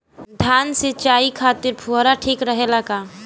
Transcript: धान सिंचाई खातिर फुहारा ठीक रहे ला का?